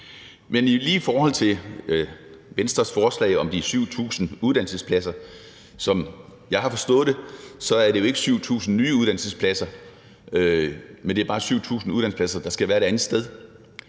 Men lige i forhold til Venstres forslag om de 7.000 uddannelsespladser er det jo ikke, som jeg har forstået det, 7.000 nye uddannelsespladser, men det er bare 7.000 uddannelsespladser, der skal være et andet sted,